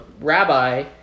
rabbi